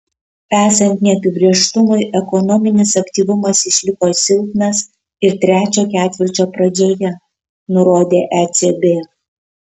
esant neapibrėžtumui ekonominis aktyvumas išliko silpnas ir trečio ketvirčio pradžioje nurodė ecb